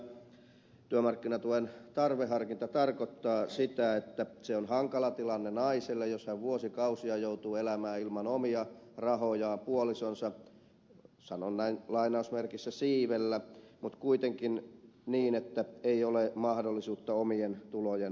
nykyiselläänhän tämä työmarkkinatuen tarveharkinta tarkoittaa sitä että se on hankala tilanne naiselle jos hän vuosikausia joutuu elämään ilman omia rahojaan puolisonsa siivellä mutta kuitenkin niin että ei ole mahdollisuutta omien tulojen hankkimiseen